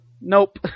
Nope